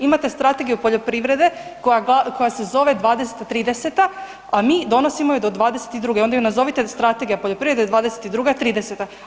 Imate Strategiju poljoprivrede koja se zove '20.-'30. a mi donosimo je do '22., onda ju nazovite strategija poljoprivrede 2022.-2030.